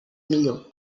millor